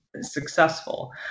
successful